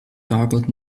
garbled